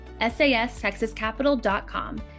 sastexascapital.com